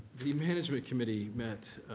the management committee met